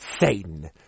Satan